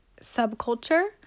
subculture